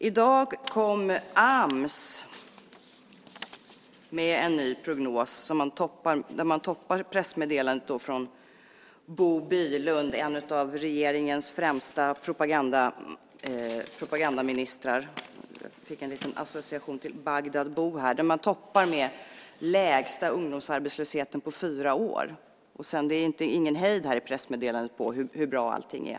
I dag kom Ams med en ny prognos där man toppar pressmeddelandet från Bo Bylund med den lägsta ungdomsarbetslösheten på fyra år, en av regeringens främsta propagandaministrar - jag fick en association till Bagdad-Bob. Det är ingen hejd i pressmeddelandet om hur bra allt är.